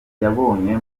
yabonye